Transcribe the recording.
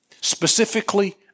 specifically